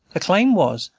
the claim was,